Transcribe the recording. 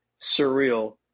surreal